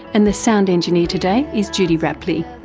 and the sound engineer today is judy rapley.